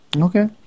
okay